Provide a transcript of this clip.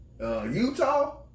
Utah